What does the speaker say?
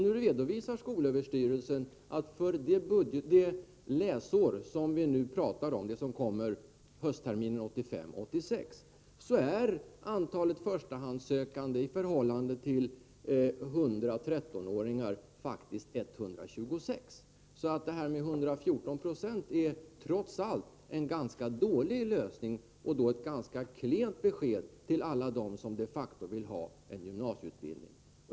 Nu redovisar skolöverstyrelsen att för det läsår som vi nu talar om — det som börjar höstterminen 1985 — är antalet förstahandssökande i förhållande till 100 16-åringar faktiskt 126. Så detta med 114 92 är trots allt en ganska dålig lösning och ett klent besked till alla dem som de facto vill ha en gymnasieutbildning.